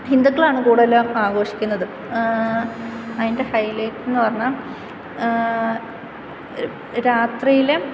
ഹിന്ദുക്കളാണ് കൂടുതലും ആഘോഷിക്കുന്നത് അതിൻ്റെ ഹൈലൈറ്റ് എന്ന് പറഞ്ഞാൽ രാത്രിയിൽ